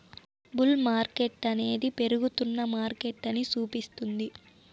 bull మార్కెట్టనేది పెరుగుతున్న మార్కెటని సూపిస్తుంది